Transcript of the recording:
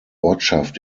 ortschaft